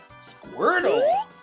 Squirtle